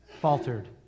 faltered